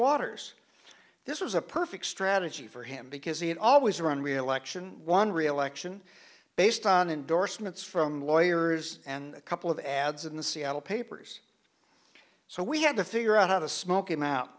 waters this was a perfect strategy for him because he had always run reelection won reelection based on endorsements from lawyers and a couple of ads in the seattle papers so we had to figure out how to smoke him out